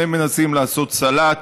והם מנסים לעשות סלט